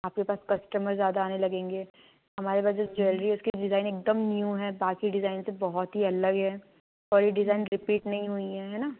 आपके पास कस्टमर ज़्यादा आने लगेंगे हमारे पास जो ज्वेलरी है उसकी डिज़ाइन एकदम न्यू है बाकी डिज़ाइन से बहुत ही अलग है और ये डिज़ाइन रिपीट नहीं हुई है है न